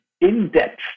in-depth